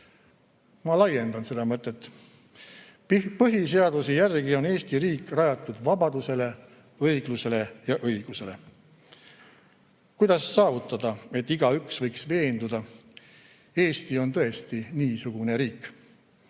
Ma laiendan seda mõtet. Põhiseaduse järgi on Eesti riik rajatud vabadusele, õiglusele ja õigusele. Kuidas saavutada, et igaüks võiks olla veendunud: Eesti on tõesti niisugune riik?